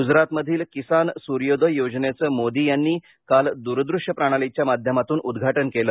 ग्जरात मधील किसान स्र्योदय योजनेचं मोदी यांनी काल द्रदुश्य प्रणालीच्या माध्यमातून उद्घाटन केलं